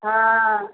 हँ